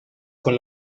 con